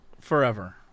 forever